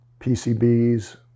PCBs